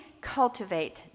cultivate